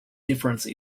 difference